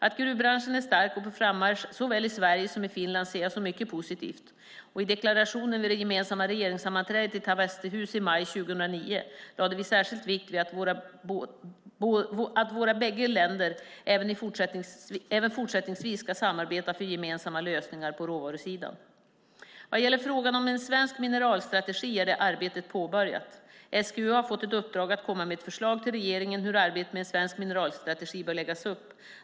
Att gruvbranschen är stark och på frammarsch såväl i Sverige som i Finland ser jag som mycket positivt. I deklarationen vid det gemensamma regeringssammanträdet i Tavastehus i maj 2009 lade vi särskild vikt vid att våra bägge länder även fortsättningsvis ska samarbeta för gemensamma lösningar på råvarusidan. Vad gäller frågan om en svensk mineralstrategi är detta arbete påbörjat. SGU har fått ett uppdrag att komma med ett förslag till regeringen om hur arbetet med en svensk mineralstrategi bör läggas upp.